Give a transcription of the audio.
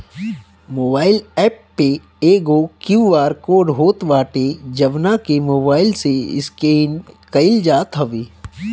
mobile app में एगो QR code होत बाटे जवना के मोबाईल से स्केन कईल जात हवे